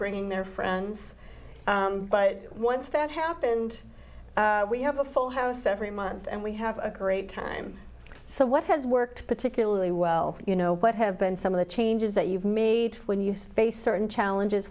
bringing their friends but once that happened we have a full house every month and we have a great time so what has worked particularly well you know what have been some of the changes that you've made would use face certain challenges